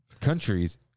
countries